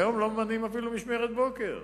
היום לא ממנים אפילו משמרת בוקר.